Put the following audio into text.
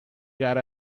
got